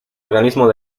organismo